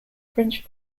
french